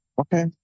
okay